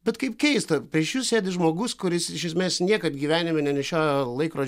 bet kaip keista prieš jus sėdi žmogus kuris iš esmės niekad gyvenime nenešiojo laikrodžio